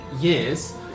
years